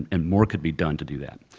and more could be done to do that.